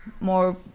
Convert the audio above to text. more